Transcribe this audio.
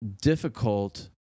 difficult